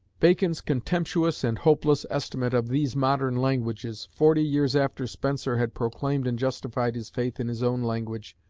bacon's contemptuous and hopeless estimate of these modern languages, forty years after spenser had proclaimed and justified his faith in his own language,